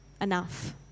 Enough